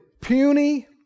puny